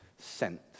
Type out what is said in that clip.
sent